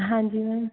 ਹਾਂਜੀ ਮੈਮ